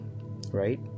right